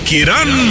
Kiran